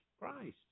Christ